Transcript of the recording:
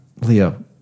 Leo